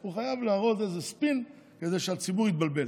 הוא חייב להראות איזה ספין כדי שהציבור יתבלבל.